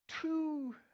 two